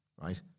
right